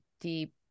deep